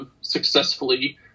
successfully